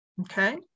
Okay